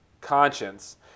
conscience